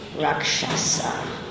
rakshasa